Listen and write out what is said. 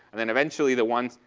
and then eventually the ones,